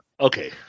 okay